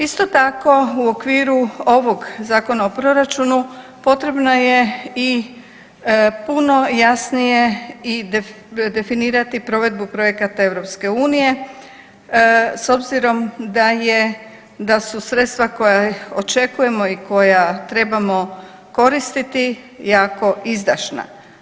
Isto tako u okviru ovog Zakona o proračunu potrebno je i puno jasnije i definirati provedbu projekata EU s obzirom da je, da su sredstva koja očekujemo i koja trebamo koristiti jako izdašna.